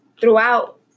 Throughout